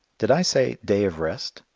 did i say day of rest?